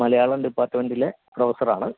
മലയാളം ഡിപ്പാർട്മെൻ്റിലെ പ്രൊഫസറാണ്